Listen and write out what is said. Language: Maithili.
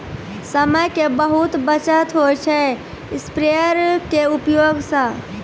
समय के बहुत बचत होय छै स्प्रेयर के उपयोग स